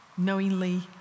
knowingly